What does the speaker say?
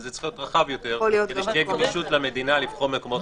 וזה צריך להיות רחב יותר כדי שתהיה גמישות למדינה לבחור מקומות.